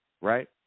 right